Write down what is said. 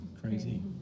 Crazy